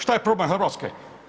Što je problem Hrvatske?